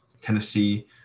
tennessee